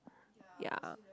ya